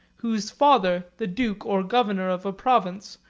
whose father, the duke or governor of a province,